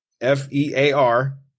F-E-A-R